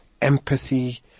empathy